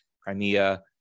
Crimea